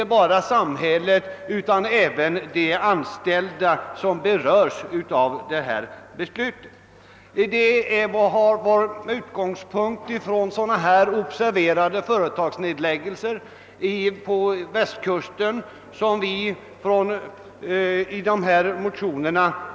Det är med anledning av sådana företagsnedläggningar på Västkusten som vi tagit upp dessa frågor i motionerna.